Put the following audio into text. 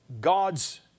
God's